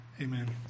amen